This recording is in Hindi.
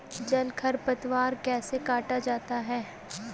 जल खरपतवार कैसे काटा जाता है?